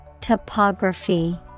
Topography